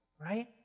right